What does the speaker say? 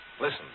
Listen